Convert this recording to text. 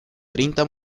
treinta